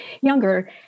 younger